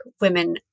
women